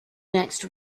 next